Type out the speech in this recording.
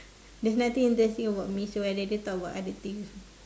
there's nothing interesting about me so I will rather talk about other things